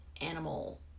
animal